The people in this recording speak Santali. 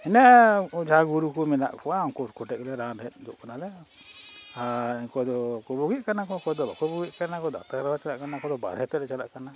ᱤᱱᱟᱹ ᱚᱡᱷᱟ ᱜᱩᱨᱩ ᱠᱚ ᱢᱮᱱᱟᱜ ᱠᱚᱣᱟ ᱩᱱᱠᱩ ᱠᱚᱴᱷᱮᱱ ᱜᱮᱞᱮ ᱨᱟᱱ ᱦᱮᱡᱩᱜ ᱠᱟᱱᱟᱞᱮ ᱟᱨ ᱩᱱᱠᱩ ᱫᱚ ᱵᱩᱜᱤᱜ ᱠᱟᱱᱟ ᱠᱚ ᱚᱠᱚᱭ ᱠᱚᱫᱚ ᱵᱟᱠᱚ ᱵᱩᱜᱤᱜ ᱠᱟᱱᱟ ᱰᱟᱠᱛᱟᱨ ᱨᱮᱦᱚᱸ ᱪᱟᱞᱟᱜ ᱠᱟᱱᱟ ᱩᱱᱠᱩ ᱫᱚ ᱵᱟᱨᱦᱮ ᱛᱮ ᱪᱟᱞᱟᱜ ᱠᱟᱱᱟ